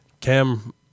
cam